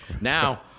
Now